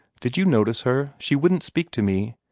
did you notice her? she wouldn't speak to me.